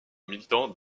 militant